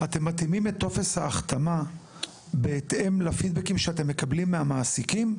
אתם מתאימים את טופס ההחתמה בהתאם לפידבקים שאתם מקבלים מהמעסיקים?